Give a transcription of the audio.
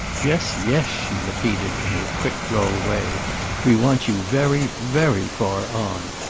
yes, yes, she repeated in her quick droll way we want you very, very far on!